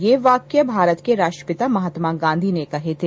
यह वाक्य भारत के राष्ट्रपिता महात्मा गांधी ने कहे थे